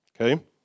okay